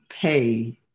pay